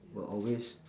will always